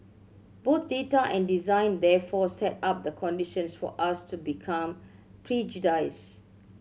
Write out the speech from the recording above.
both data and design therefore set up the conditions for us to become prejudiced